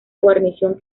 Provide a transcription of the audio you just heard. guarnición